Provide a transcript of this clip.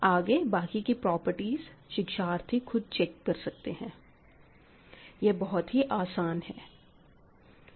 आगे बाकी की प्रॉपर्टीज शिक्षार्थी खुद से चेक कर सकते हैं यह बहुत ही आसान है